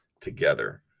together